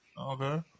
Okay